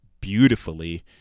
beautifully